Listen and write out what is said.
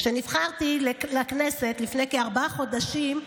כשנבחרתי לכנסת, לפני כארבעה חודשים,